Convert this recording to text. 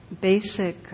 basic